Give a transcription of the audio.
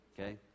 Okay